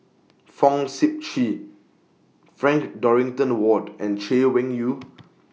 Fong Sip Chee Frank Dorrington Ward and Chay Weng Yew